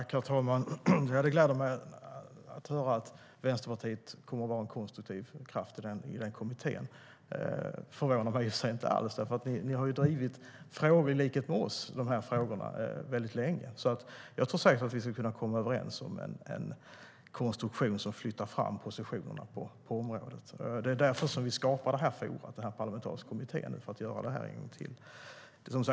Herr talman! Det gläder mig att höra att Vänsterpartiet kommer att vara en konstruktiv kraft i kommittén. Det förvånar mig inte alls, för ni har ju i likhet med oss drivit dessa frågor väldigt länge. Jag tror säkert att vi ska kunna komma överens om en konstruktion som flyttar fram positionerna på området. Det är därför vi skapar detta forum - den parlamentariska kommittén.